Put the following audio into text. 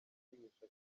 kwihesha